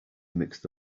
mixed